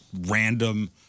random